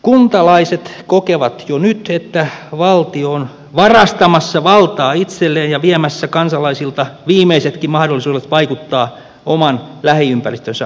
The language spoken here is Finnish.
kuntalaiset kokevat jo nyt että valtio on varastamassa valtaa itselleen ja viemässä kansalaisilta viimeisetkin mahdollisuudet vaikuttaa oman lähiympäristönsä asioihin